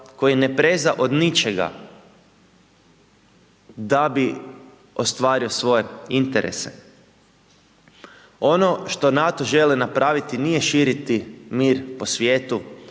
koji ne preže od ničega da bi ostvario svoje interese. Ono što NATO želi napraviti, nije širiti mir po svijetu,